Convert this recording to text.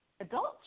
adults